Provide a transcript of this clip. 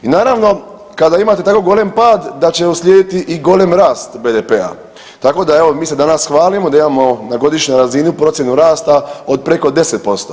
I naravno kad imate tako golem pad da će uslijediti i golem rast BDP-a, tako da evo mi se danas hvalimo da imao na godišnjoj razini procjenu rasta od preko 10%